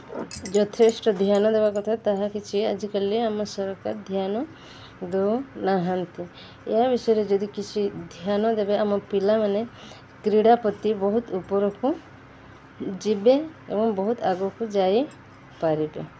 ଯଥେଷ୍ଟ ଧ୍ୟାନ ଦେବା କଥା ତାହା କିଛି ଆଜିକାଲି ଆମ ସରକାର ଧ୍ୟାନ ଦେଉନାହାନ୍ତି ଏହା ବିଷୟରେ ଯଦି କିଛି ଧ୍ୟାନ ଦେବେ ଆମ ପିଲାମାନେ କ୍ରୀଡ଼ା ପ୍ରତି ବହୁତ ଉପରକୁ ଯିବେ ଏବଂ ବହୁତ ଆଗକୁ ଯାଇପାରିବେ